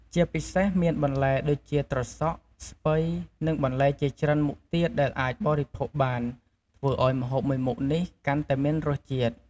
ជាពិសេសមានបន្លែដូចជាត្រសក់ ស្ពៃ និងបន្លែជាច្រើនមុខទៀតដែលអាចបរិភោគបានធ្វើឱ្យម្ហូបមួយមុខនេះកាន់តែមានរសជាតិ។